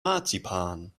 marzipan